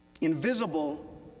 Invisible